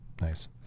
Nice